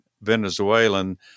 Venezuelan